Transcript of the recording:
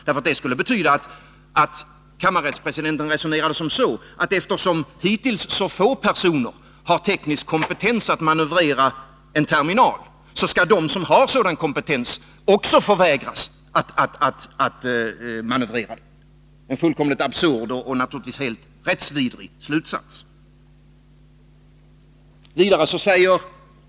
Det skulle nämligen betyda att kammarrättspresidenten resonerade så, att eftersom hittills så få personer har teknisk kompetens att manövrera en terminal, skall de som har sådan kompetens också förvägras att manövrera den. Det är ju en fullkomligt absurd och naturligtvis helt rättsvidrig slutsats.